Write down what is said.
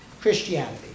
Christianity